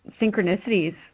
synchronicities